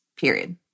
period